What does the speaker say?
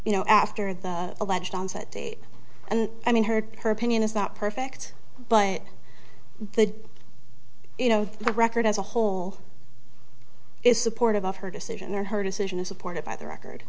you know after the alleged onset date and i mean heard her opinion it's not perfect but you know the record as a whole is supportive of her decision or her decision is supported by the record